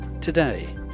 today